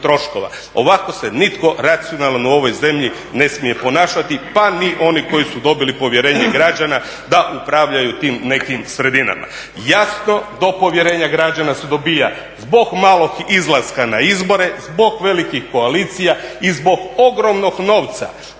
Ovako se nitko racionalan u ovoj zemlji ne smije ponašati pa ni oni koji su dobili povjerenje građana da upravljaju tim nekim sredinama. Jasno do povjerenja građana se dobiva zbog malog izlaska na izbore, zbog velikih koalicija i zbog ogromnog novca,